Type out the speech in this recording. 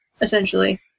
essentially